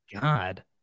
God